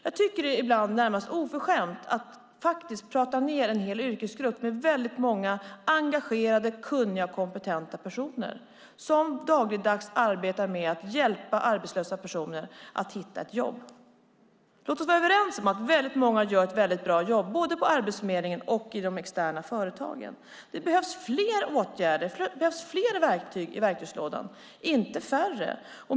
Jag tycker att det ibland är närmast oförskämt att faktiskt prata ned en hel yrkesgrupp med väldigt många engagerade, kunniga och kompetenta personer som dagligdags arbetar med att hjälpa arbetslösa personer att hitta ett jobb. Låt oss vara överens om att väldigt många gör ett väldigt bra jobb, både på Arbetsförmedlingen och i de externa företagen. Det behövs flera åtgärder, det behövs flera verktyg i verktygslådan, inte färre.